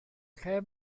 lle